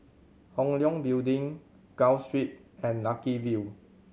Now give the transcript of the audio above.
Hong Leong Building Gul Street and Lucky View